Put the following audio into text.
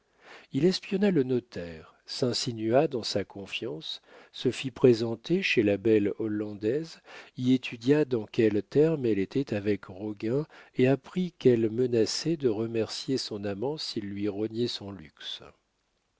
il espionna le notaire s'insinua dans sa confiance se fit présenter chez la belle hollandaise y étudia dans quels termes elle était avec roguin et apprit qu'elle menaçait de remercier son amant s'il lui rognait son luxe